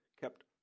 kept